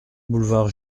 boulevard